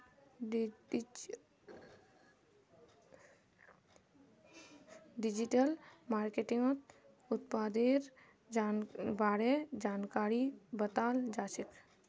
digital मार्केटिंगत उत्पादेर बारे जानकारी बताल जाछेक